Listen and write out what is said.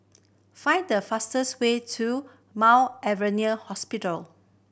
find the fastest way to Mount Alvernia Hospital